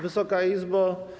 Wysoka Izbo!